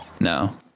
no